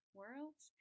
worlds